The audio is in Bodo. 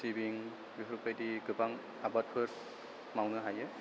सिबिं बेफोरबायदि गोबां आबादफोर मावनो हायो